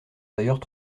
d’ailleurs